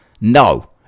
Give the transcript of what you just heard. No